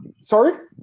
Sorry